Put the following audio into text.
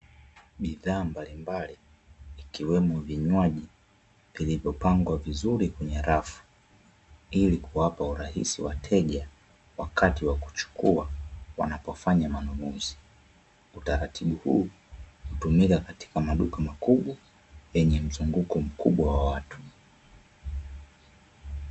Bidhaa mbalimbali ikiwemo vinywaji vilivyopangwa vizuri kwenye rafu, ilikuwapa urahisi wateja wakati wa kuchukua, wanapofanya manunuzi, utaratbu huu hutumika katika maduka makubwa yenye mzunguko mkubwa wa watu.